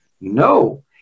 No